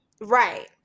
Right